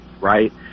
right